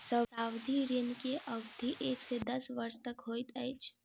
सावधि ऋण के अवधि एक से दस वर्ष तक होइत अछि